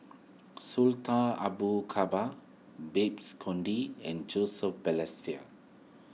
Sultan Abu Kabar Babes Conde and Joseph Balestier